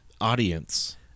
Audience